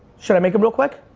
should i make them real quick?